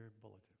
bulletin